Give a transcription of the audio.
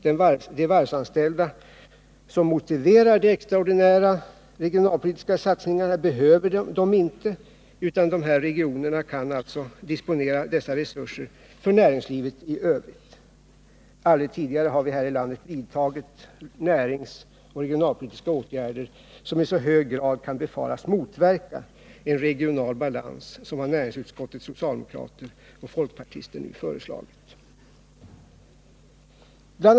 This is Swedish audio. De varvsanställda som motiverar de extraordinära regionalpolitiska satsningarna behöver dem inte, utan de här regionerna kan disponera resurserna för näringslivet i övrigt. Aldrig tidigare har vi här i landet vidtagit näringsoch regionalpolitiska åtgärder som i så hög grad kan befaras motverka en regional balans som de näringsutskottets socialdemokrater och folkpartister nu föreslagit. Bl.